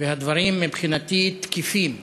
והדברים, מבחינתי, תקפים,